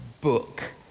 book